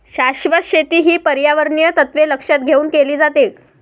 शाश्वत शेती ही पर्यावरणीय तत्त्वे लक्षात घेऊन केली जाते